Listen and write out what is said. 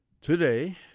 today